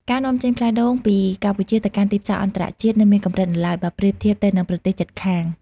ការនាំចេញផ្លែដូងពីកម្ពុជាទៅកាន់ទីផ្សារអន្តរជាតិនៅមានកម្រិតនៅឡើយ បើប្រៀបធៀបទៅនឹងប្រទេសជិតខាង។